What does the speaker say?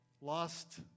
lost